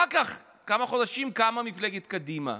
כמה חודשים אחר כך קמה מפלגת קדימה.